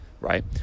right